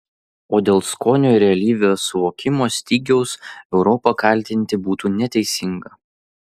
o dėl skonio ir realybės suvokimo stygiaus europą kaltinti būtų neteisinga